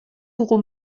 dugu